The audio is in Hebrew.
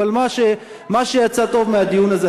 אבל מה שיצא טוב מהדיון הזה,